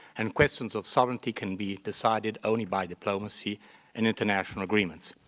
and questions of sovereignty can be decided only by diplomacy and international agreements.